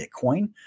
Bitcoin